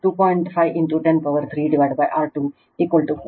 5 10 power 3 R2 1